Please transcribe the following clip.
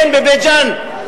כן בבית-ג'ן,